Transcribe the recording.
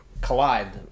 collide